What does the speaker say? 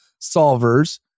Solvers